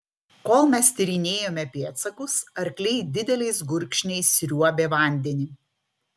kol mes tyrinėjome pėdsakus arkliai dideliais gurkšniais sriuobė vandenį